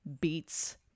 beats